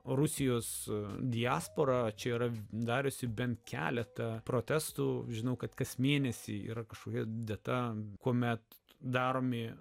rusijos diaspora čia yra dariusi bent keletą protestų žinau kad kas mėnesį yra kažkokia data kuomet daromi